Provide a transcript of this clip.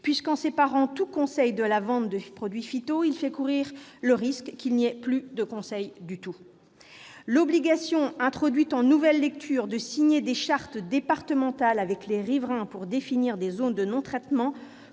puisqu'en séparant tout conseil de la vente de produits phytosanitaires, il fait courir le risque qu'il n'y ait plus de conseil du tout. L'obligation, introduite en nouvelle lecture, de signer des chartes départementales avec les riverains pour définir des zones de non-traitement